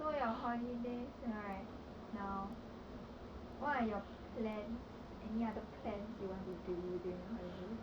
so your holidays right now what are your plans any other plans you want to do during holiday